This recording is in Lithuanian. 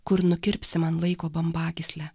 kur nukirpsi man laiko bambagyslę